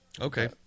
Okay